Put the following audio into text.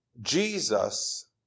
Jesus